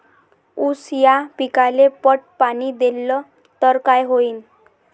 ऊस या पिकाले पट पाणी देल्ल तर काय होईन?